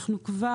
אנחנו כבר,